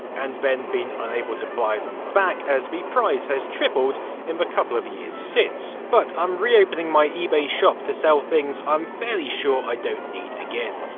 and then been unable to buy it and back, as the price has tripled in the couple of years since. but i'm re-opening my ebay shop to sell things i'm fairly sure i don't need again.